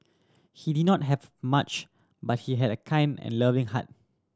he did not have much but he had a kind and loving heart